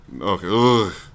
Okay